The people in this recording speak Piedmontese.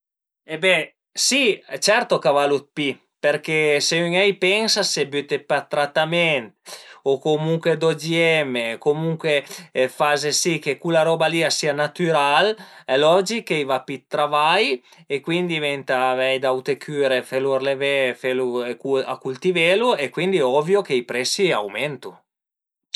E be si certu ch'a valu dë pi përché se ün a i pensa, se büte pa dë tratament o comuncue d'OGM o comuncue faze si che cula roba li a sia natüral, al e logich ch'a vai pi dë travai e cuindi venta avei d'aute cüre, felu ërlevé, felu a cultivelu e cuindi ovvio che i presi aumentu